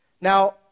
Now